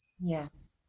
Yes